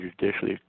judicially